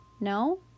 No